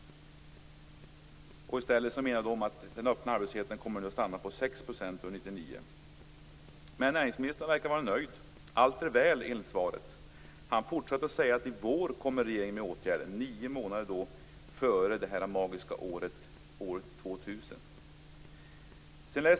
I stället menar AMS att den öppna arbetslösheten kommer att stanna på 6 % år 1999. Men näringsministern verkar vara nöjd. Allt är väl, enligt svaret. Han fortsätter med att säga att regeringen kommer med åtgärder i vår, nio månader före det magiska årtalet 2000.